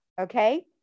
Okay